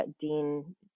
Dean